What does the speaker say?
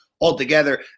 altogether